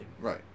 Right